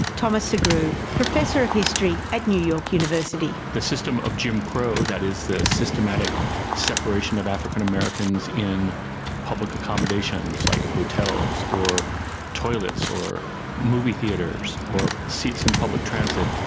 thomas sugrue, professor of history at new york university. this system of jim crow, that is the systematic separation of african americans in public accommodations like hotels or toilets or movie theatres or seats in public transit,